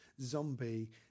zombie